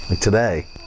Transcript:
today